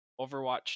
Overwatch